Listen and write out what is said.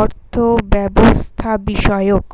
অর্থব্যবস্থাবিষয়ক